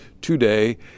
today